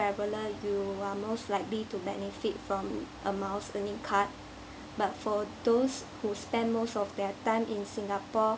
traveller you are most likely to benefit from a miles earning card but for those who spend most of their time in singapore